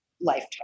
lifetime